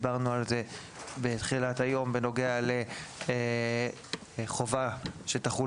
דיברנו על זה בתחילת היום בנוגע לחובה שתחול